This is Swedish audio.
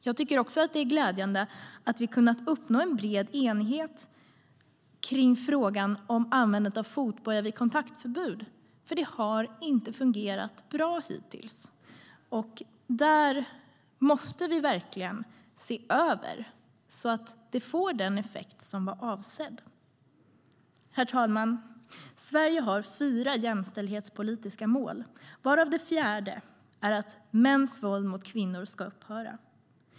Jag tycker också att det är glädjande att vi kunnat uppnå en bred enighet kring frågan om användande av fotboja vid kontaktförbud. Det har ju inte fungerat bra hittills. Vi måste se över detta så att det får den effekt som var avsedd. Herr talman! Sverige har fyra jämställdhetspolitiska mål varav det fjärde är att mäns våld mot kvinnor ska upphöra.